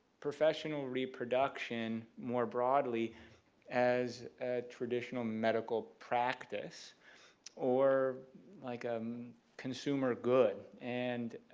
professional reproduction more broadly as traditional medical practice or like a um consumer good? and